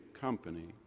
company